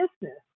business